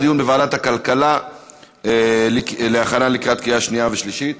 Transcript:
לוועדת הכלכלה להכנה לקראת קריאה שנייה ושלישית.